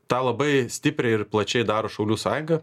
tą labai stipriai ir plačiai daro šaulių sąjunga